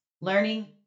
Learning